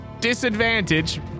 disadvantage